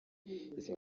izi